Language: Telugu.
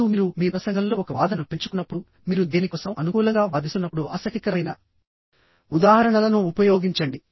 మరియు మీరు మీ ప్రసంగంలో ఒక వాదనను పెంచుకున్నప్పుడు మీరు దేనికోసం అనుకూలంగా వాదిస్తున్నప్పుడు ఆసక్తికరమైన ఉదాహరణలను ఉపయోగించండి